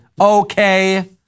Okay